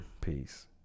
Peace